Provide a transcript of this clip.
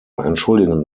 entschuldigen